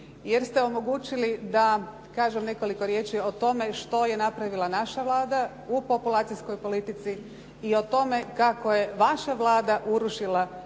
jer ste omogućili da kažem nekoliko riječi o tome što je napravila naša Vlada u populacijskoj politici i o tome kako je vaša Vlada urušila